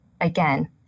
again